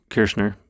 Kirchner